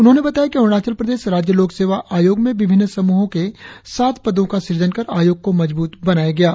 उन्होंने बताया कि अरुणाचल प्रदेश राज्य लोक सेवा आयोग में विभिन्न समूहों के सात पदों का सृजन कर आयोग को मजब्रत बनाया गया है